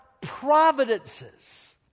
providences